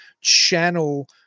channel